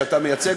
שאתה מייצג,